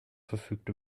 verfügt